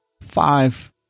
five